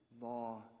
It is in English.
law